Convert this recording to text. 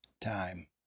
time